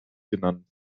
genannt